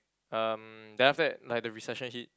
um then after that like the recession hit